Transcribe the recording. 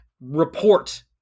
Report